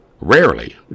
Rarely